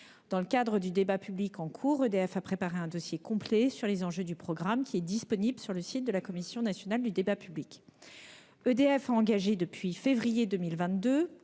Dans le cadre du débat public en cours, EDF a préparé un dossier complet sur les enjeux du programme, qui est disponible sur le site de la Commission nationale du débat public. Comme l'a demandé le